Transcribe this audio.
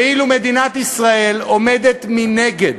ואילו מדינת ישראל עומדת מנגד,